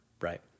Right